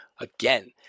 again